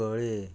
Cuncolim